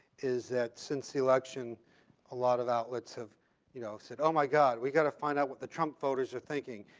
is that since the election a lot of outlets have you know said, oh, my god. we've got to find out what the trump voters are thinking.